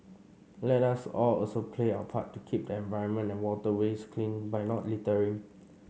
let us all also play our part to keep the environment and waterways clean by not littering